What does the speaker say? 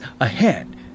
ahead